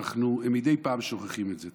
ומדי פעם אנחנו שוכחים את זה.